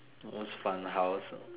most fun house ah